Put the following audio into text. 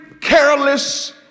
careless